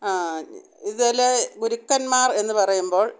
ആ ഇതിൽ ഗുരുക്കന്മാർ എന്നു പറയുമ്പോൾ